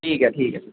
ਠੀਕ ਹੈ ਠੀਕ ਹੈ